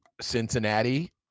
Cincinnati